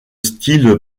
style